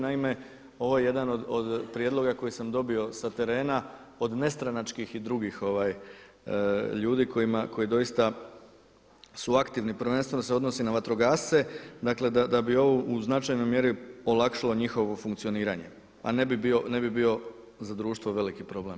Naime, ovo je jedan od prijedloga koje sam dobio sa terena od nestranačkih i drugih ljudi koji doista su aktivni prvenstveno se odnosi na vatrogasce, da bi ovo u značajnoj mjeri olakšalo njihovo funkcioniranje, a ne bi bio za društvo veliki problem.